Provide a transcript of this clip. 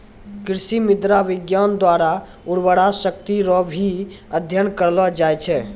कृषि मृदा विज्ञान द्वारा उर्वरा शक्ति रो भी अध्ययन करलो जाय छै